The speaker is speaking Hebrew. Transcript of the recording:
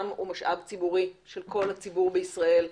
הוא משאב ציבורי של כל הציבור בישראל,